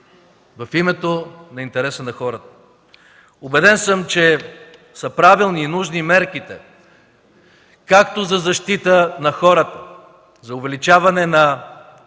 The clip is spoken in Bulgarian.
в името на интереса на хората. Убеден съм, че са правилни и нужни мерките както за защита на хората, за увеличаване на